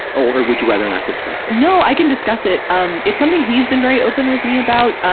or, or, would you rather not discuss that? no, i can discuss it. um it's something he's been very open with me about.